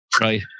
right